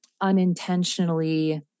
unintentionally